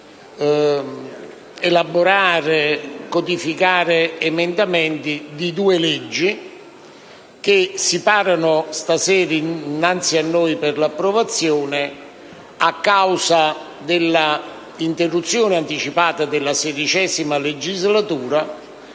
elaborare e codificare gli emendamenti alle due leggi, che si parano questa sera innanzi a noi per l'approvazione a causa dell'interruzione anticipata della XVI legislatura